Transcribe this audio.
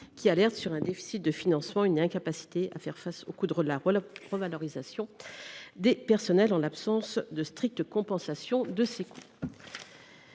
en effet sur un déficit de financement et sur son incapacité à faire face aux coûts de la revalorisation des personnels en l’absence d’une stricte compensation de ces coûts.